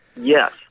Yes